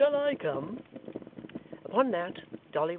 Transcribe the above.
or shall i come upon that,